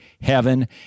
heaven